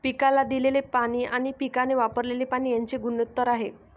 पिकाला दिलेले पाणी आणि पिकाने वापरलेले पाणी यांचे गुणोत्तर आहे